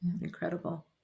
Incredible